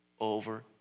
over